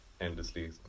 endlessly